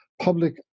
public